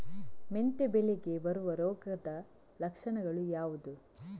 ಮೆಂತೆ ಬೆಳೆಗೆ ಬರುವ ರೋಗದ ಲಕ್ಷಣಗಳು ಯಾವುದು?